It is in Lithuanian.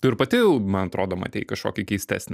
tu ir pati man atrodo matei kažkokį keistesnį